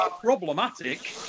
problematic